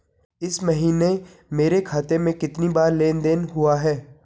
इस महीने मेरे खाते में कितनी बार लेन लेन देन हुआ है?